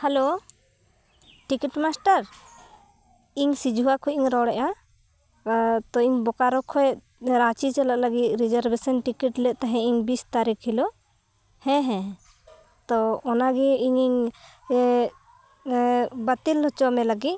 hello ticket master ᱤᱧ ᱥᱤᱡᱩᱣᱟ ᱠᱷᱚᱱ ᱤᱧ ᱨᱚᱲᱮᱜᱼᱟ ᱛᱚ ᱤᱧ ᱵᱳᱠᱟᱨᱳ ᱠᱷᱚᱱ ᱨᱟᱸᱪᱤ ᱪᱟᱞᱟᱜ ᱞᱟᱹᱜᱤᱫ ᱨᱤᱡᱟᱨᱵᱷᱮᱥᱚᱱ ᱴᱤᱠᱤᱴ ᱞᱮᱫ ᱛᱟᱦᱮᱸᱫ ᱤᱧ ᱵᱤᱥ ᱛᱟᱨᱤᱠᱷ ᱦᱤᱞᱳᱜ ᱦᱮᱸ ᱦᱮᱸ ᱛᱚ ᱚᱱᱟᱜᱮ ᱤᱧᱤᱧ ᱵᱟᱹᱛᱤᱞ ᱦᱚᱪᱚ ᱢᱮ ᱞᱟᱹᱜᱤᱫ